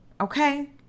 Okay